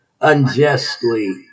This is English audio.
unjustly